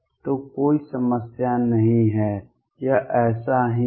तो कोई समस्या नहीं है यह ऐसा ही है